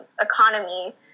economy